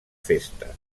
festa